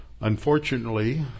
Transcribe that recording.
Unfortunately